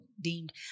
deemed